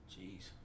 jeez